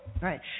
right